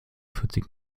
vierzig